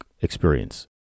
experience